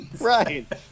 right